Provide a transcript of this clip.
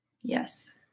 Yes